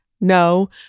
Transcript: no